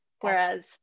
whereas